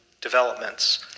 developments